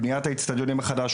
בניית האצטדיונים מחדש,